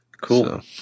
Cool